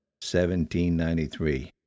1793